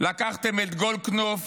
לקחתם את גולדקנופ,